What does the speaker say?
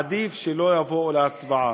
עדיף שלא יבואו להצבעה.